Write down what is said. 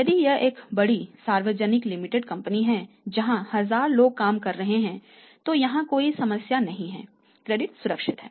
यदि यह एक बड़ी सार्वजनिक लिमिटेड कंपनी है जहाँ 1000 लोग काम कर रहे हैं तो यहाँ कोई समस्या नहीं है क्रेडिट सुरक्षित है